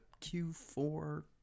Q4